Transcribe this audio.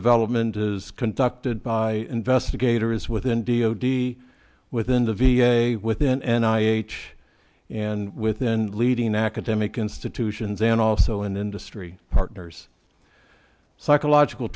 development is conducted by investigators with indio de within the v a within and i h and within leading academic institutions and also in industry partners psychological